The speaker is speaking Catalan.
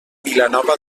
vilanova